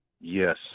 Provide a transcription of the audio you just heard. Yes